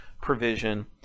provision